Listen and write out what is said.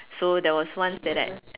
so there was once that I